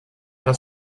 das